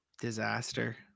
Disaster